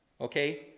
okay